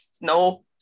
no